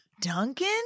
Duncan